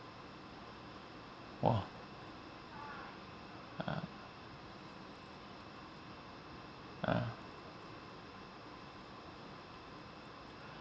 !wah! ah ah